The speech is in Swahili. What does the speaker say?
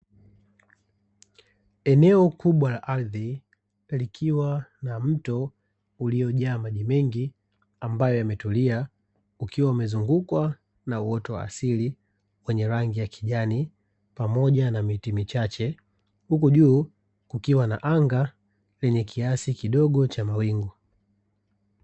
Eneo kubwa la ardhi likiwa na mto uliojaa maji mengi ambayo yametulia, ukiwa umezungukwa na uoto wa asili wenye rangi ya kijani pamoja na miti michache, huku juu kukiwa na anga lenye kiasi kidogo cha mawingu.